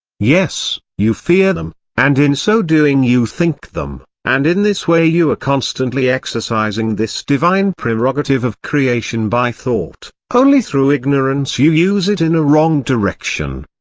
yes, you fear them, and in so doing you think them and in this way you are constantly exercising this divine prerogative of creation by thought, only through ignorance you use it in a wrong direction.